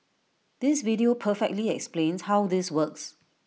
this video perfectly explains how this works